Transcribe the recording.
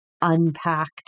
unpacked